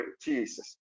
jesus